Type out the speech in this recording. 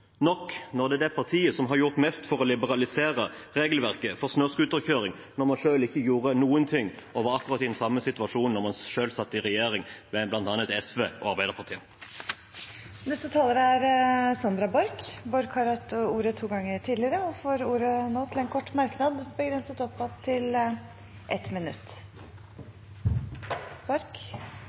nok, når det er det partiet som har gjort mest for å liberalisere regelverket for snøscooterkjøring – mens man selv var i akkurat samme situasjon da man satt i regjering med SV og Arbeiderpartiet og ikke gjorde noen ting. Representanten Sandra Borch har hatt ordet to ganger tidligere og får ordet til en kort merknad, begrenset til 1 minutt.